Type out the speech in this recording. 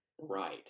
right